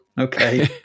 Okay